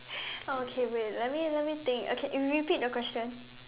okay wait let me let me think okay repeat the question